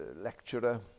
lecturer